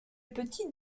petit